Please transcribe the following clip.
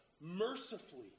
mercifully